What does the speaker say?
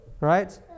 Right